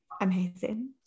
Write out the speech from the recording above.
amazing